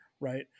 Right